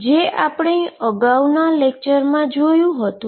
જે આપણે અગાઉનું લેક્ચરમાં જોયુ હતું